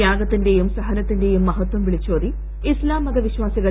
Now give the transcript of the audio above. തൃാഗത്തിന്റെയും സഹനത്തിന്റെയും മഹത്വം വിളിച്ചോതി ഇസ്താം മതവിശ്വാസികൾ